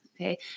Okay